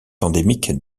endémique